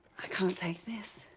i can't take this.